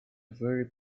very